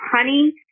honey